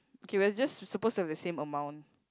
okay we're just we're supposed to have the same amount